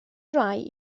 rai